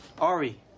Ari